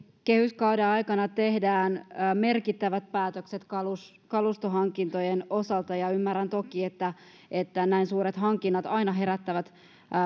kehyskauden aikana tehdään merkittävät päätökset kalustohankintojen osalta ja ymmärrän toki että että näin suuret hankinnat aina herättävät